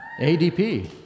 ADP